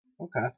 Okay